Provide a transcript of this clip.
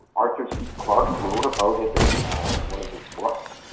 arthur c clarke wrote about it it in one of his books.